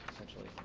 essentially.